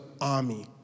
army